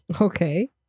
Okay